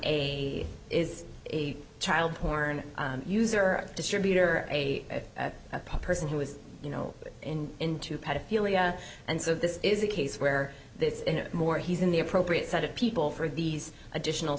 a is a child porn user distributor a person who is you know into pedophilia and so this is a case where it's more he's in the appropriate set of people for these additional